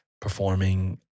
performing